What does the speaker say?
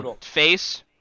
face